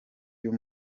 uyu